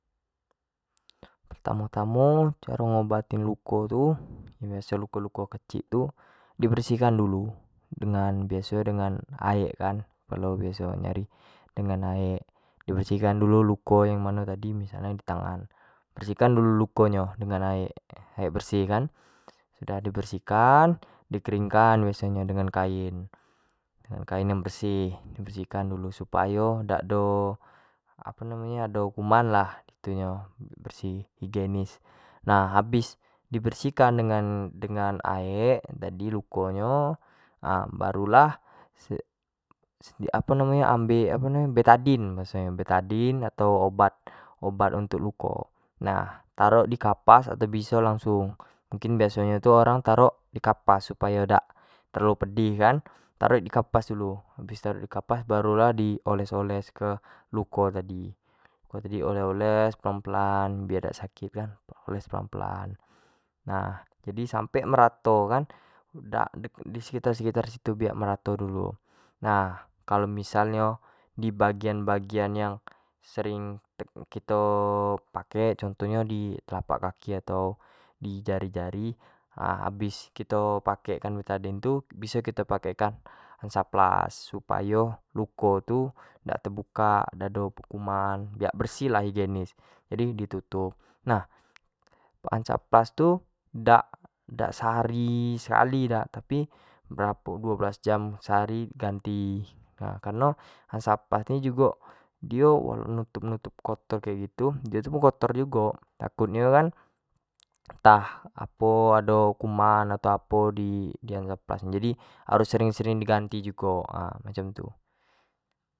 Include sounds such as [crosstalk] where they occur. Pertamo-tamo caro ngobatin luko tu, misal luko kecik pertamo tamo tu di bersihkan dulu, di bersihkan dengan aek di bersih kan mano yang luko tadi misal nyo di tangan bersihkan ulu luko nyo dengan aek bersih kan, udah di bersih kan, di kering kan dengan kain yang bersih, bersih kan dulu supayo dak ado [hesitation] apo namo nyo ado kuman lah, nah habis di bersih kan dengan aek luko nyo [hesitation] baru lah apo namo nyo ambek betadine bahaso nyo, betadine atau obat-obat untuk luko, nah tarok di kapas atau biso langsung, mungkin biaso nyo orang tarok di kapas supayo dak terlalu pedih kan, tarok di kapas dulu habis tarok di kapas baru lah di oles-oles ke luko tadi, oleh-oles pelan biak idak sakit kan, oles pelan-pelan nah, jadi sampe merato kan dak di sekitar-sekitar situ biak merato dulu, nah kalo misal nyo di bagian-bagian yang sering kito pake contoh nyo di telapak kaki atau di jari-jari, habis kito pakek kan betadine tu biso kito pakek kan hansaptlast, supayo luko tu dak tebukak, dak bekuman, bersih lah hygienis jadi di tutup, nah hansaplast tu dak sekali sehari dak tapi beberapo duo belas hari sekali di ganti, kareno hansaplast ini jugo dio nutup-nutup luko kek gitu, dio tu kotor jugo, takut nyo kan entah apo ado kuman, atau apo di hansaplast tu, jadi harus sering-sering di ganti jugo, nah macam tu.